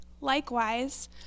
Likewise